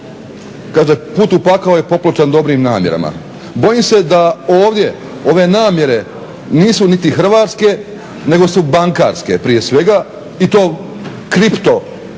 kaže "Put u pakao je popločen dobrim namjerama", bojim se da ovdje ove namjere nisu niti hrvatske nego su bankarske prije svega i to kripto